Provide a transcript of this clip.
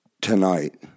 tonight